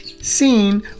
seen